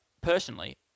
personally